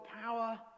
power